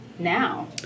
Now